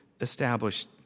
established